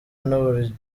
n’uburyo